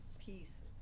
pieces